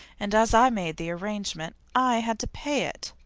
and as i made the arrangement, i had to pay it.